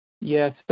Yes